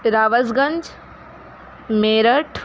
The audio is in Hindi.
राबर्ट्सगंज मेरठ